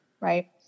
right